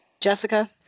Jessica